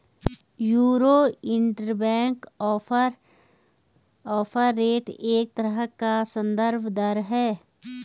euro interbank offer rate एक तरह का सन्दर्भ दर है